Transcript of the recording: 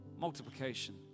Multiplication